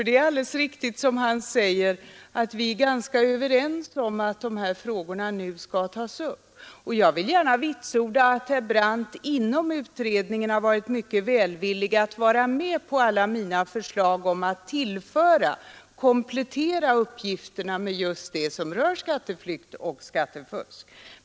Det är alldeles riktigt som han säger att vi är ganska överens om att dessa frågor nu skall tas upp. Och jag vill gärna vitsorda att herr Brandt inom utredningen har varit mycket välvillig och varit med på alla mina förslag om att komplettera uppgifterna med just det som rör skatteflykt och skattefusk.